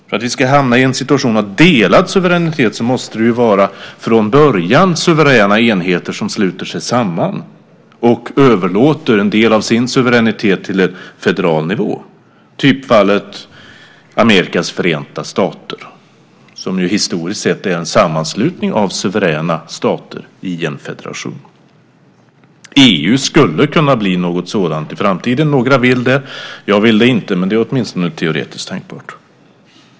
För att vi ska hamna i en situation av delad suveränitet måste det vara från början suveräna enheter som sluter sig samman och överlåter en del av sin suveränitet till en federal nivå. Typfallet är Amerikas förenta stater, som ju historiskt sett är en sammanslutning av suveräna stater i en federation. EU skulle kunna bli något sådant i framtiden. Några vill det. Jag vill det inte, men det är åtminstone teoretiskt tänkbart.